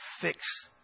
fix